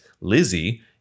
Lizzie